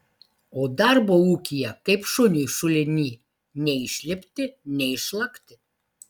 o darbo ūkyje kaip šuniui šuliny nei išlipti nei išlakti